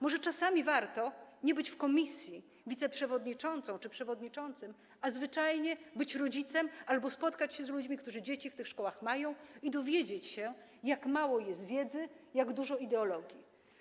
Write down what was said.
Może czasami warto nie być w komisji wiceprzewodniczącą czy przewodniczącym, a zwyczajnie być rodzicem albo spotkać się z ludźmi, którzy mają dzieci w szkołach, i dowiedzieć się, jak mało jest wiedzy, a jak dużo ideologii.